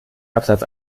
absatz